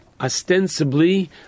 Ostensibly